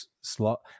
slot